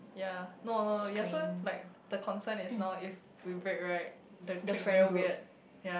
ya no no no ya so like the concern is now if we break right the clique very weird ya